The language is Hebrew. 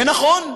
ונכון,